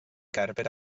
cerbyd